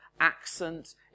accent